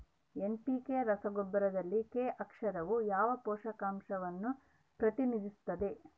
NPK ರಸಗೊಬ್ಬರದಲ್ಲಿ K ಅಕ್ಷರವು ಯಾವ ಪೋಷಕಾಂಶವನ್ನು ಪ್ರತಿನಿಧಿಸುತ್ತದೆ?